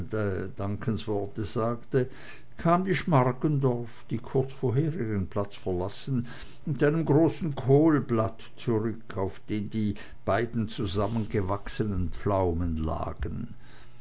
konnte kam die schmargendorf die kurz vorher ihren platz verlassen mit dem großen kohlblatt zurück auf dem die beiden zusammengewachsenen pflaumen lagen